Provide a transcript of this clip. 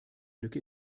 lücke